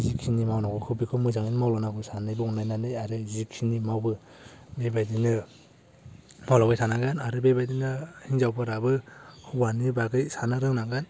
जिखिनि मावनांगौखौ बेखौ मोजाङै मावलांनांगौ सानैबो अनलायनानै आरो जिखिनि मावयो बेबायदिनो मावलांबाय थानांगोन आरो बेबायदिनो हिनजावफोराबो हौवानि बागै साननो रोंनांगोन